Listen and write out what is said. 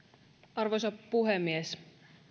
arvoisa puhemies